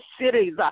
cities